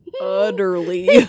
Utterly